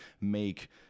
make